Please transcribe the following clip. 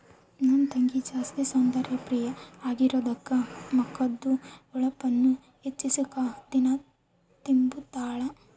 ನನ್ ತಂಗಿ ಜಾಸ್ತಿ ಸೌಂದರ್ಯ ಪ್ರಿಯೆ ಆಗಿರೋದ್ಕ ಮಕದ್ದು ಹೊಳಪುನ್ನ ಹೆಚ್ಚಿಸಾಕ ದಿನಾ ತಿಂಬುತಾಳ